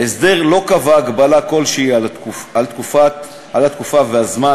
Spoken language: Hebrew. ההסדר לא קבע הגבלה כלשהי של התקופה והזמן